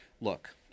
Look